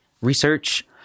research